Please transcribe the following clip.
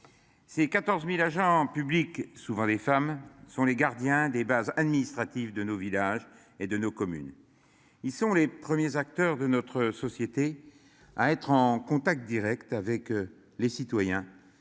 C'est 14.000 agents publics souvent les femmes sont les gardiens des bases administrative de nos villages et de nos communes. Ils sont les premiers acteurs de notre société à être en contact Direct avec les citoyens.